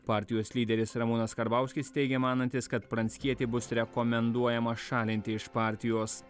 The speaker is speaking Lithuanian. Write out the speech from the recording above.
partijos lyderis ramūnas karbauskis teigė manantis kad pranckietį bus rekomenduojama šalinti iš partijos